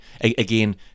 again